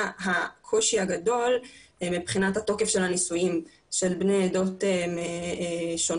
הקושי הגדול מבחינת התוקף של הנישואים של בני עדות שונות